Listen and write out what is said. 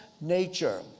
nature